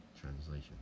translation